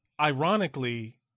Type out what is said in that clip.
ironically